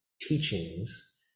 teachings